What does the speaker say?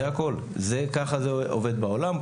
ככה זה עובד בעולם,